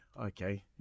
okay